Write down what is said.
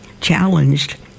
challenged